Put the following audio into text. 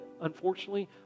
unfortunately